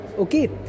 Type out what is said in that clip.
Okay